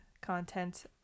content